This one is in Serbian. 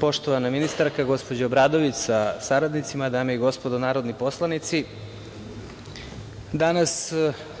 Poštovana ministarka, gospođo Obradović, sa saradnicima, dame i gospodo narodni poslanici, danas